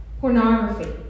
pornography